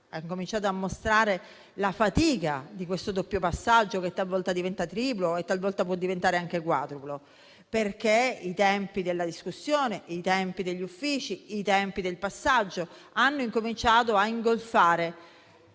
ha cominciato a mostrare la fatica di questo doppio passaggio che talvolta diventa triplo e talvolta anche quadruplo, perché i tempi della discussione, i tempi degli uffici, i tempi del passaggio hanno cominciato a ingolfare